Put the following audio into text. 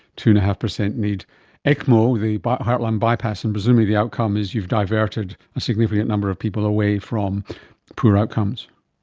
two. and five percent need ecmo, the but heart-lung bypass, and presumably the outcome is you've diverted a significant number of people away from poor outcomes.